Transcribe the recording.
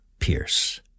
Pierce